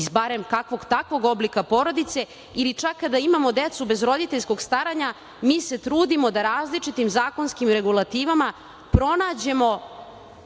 iz barem kakvog-takvog oblika porodice ili čak kada imamo decu bez roditeljskog staranja mi se trudimo da različitim zakonskim regulativama pronađemo